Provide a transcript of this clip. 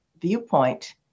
viewpoint